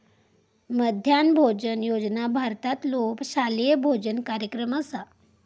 मध्यान्ह भोजन योजना भारतातलो शालेय भोजन कार्यक्रम असा